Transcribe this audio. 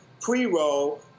pre-roll